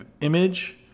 image